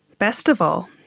best of all,